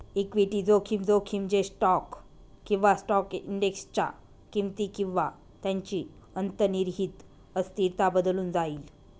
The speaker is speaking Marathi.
इक्विटी जोखीम, जोखीम जे स्टॉक किंवा स्टॉक इंडेक्सच्या किमती किंवा त्यांची अंतर्निहित अस्थिरता बदलून जाईल